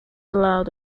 allowed